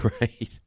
Right